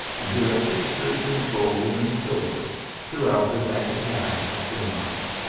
and the artificers in gold and silver throughout the zacatin of granada,